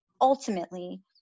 ultimately